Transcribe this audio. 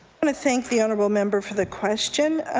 want to thank the honourable member for the question.